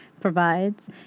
provides